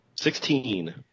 Sixteen